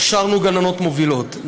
הכשרנו גננות מובילות,